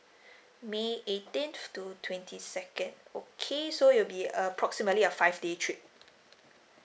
may eighteenth to twenty second okay so it'll be uh approximately a five day trip